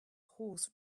horse